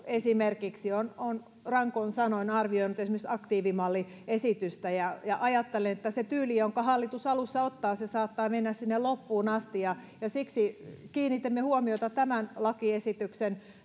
esimerkiksi arviointineuvosto on rankoin sanoin arvioinut esimerkiksi aktiivimalliesitystä ajattelen että se tyyli jonka hallitus alussa ottaa saattaa mennä loppuun asti siksi kiinnitimme huomioita tämän lakiesityksen